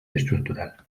estructural